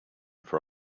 for